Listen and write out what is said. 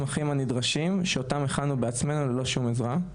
הנדרשים שאותם הכנו בעצמנו ללא שום עזרה.